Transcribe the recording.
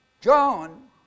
John